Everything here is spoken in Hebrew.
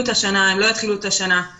לגבי השאלה האם הם יתחילו את השנה או לא,